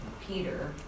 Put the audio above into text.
Peter